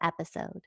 episode